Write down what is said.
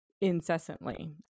Incessantly